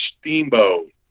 Steamboat